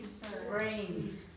Spring